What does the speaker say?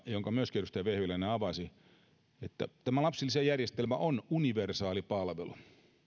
jonka myöskin edustaja vehviläinen avasi että lapsilisäjärjestelmä on universaali palvelu